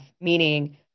meaning